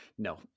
No